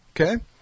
Okay